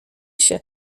się